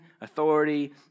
authority